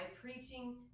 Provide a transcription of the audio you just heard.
preaching